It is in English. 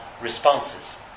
responses